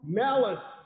malice